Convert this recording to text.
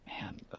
Man